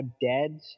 dead